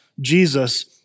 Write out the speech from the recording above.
Jesus